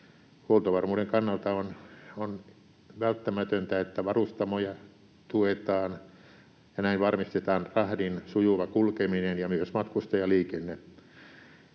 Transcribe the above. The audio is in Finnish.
Huoltovarmuuden kannalta on välttämätöntä, että varustamoja tuetaan ja näin varmistetaan rahdin sujuva kulkeminen ja myös matkustajaliikenne.